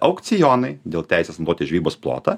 aukcionai dėl teisės naudoti žvejybos plotą